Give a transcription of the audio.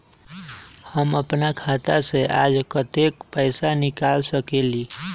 हम अपन खाता से आज कतेक पैसा निकाल सकेली?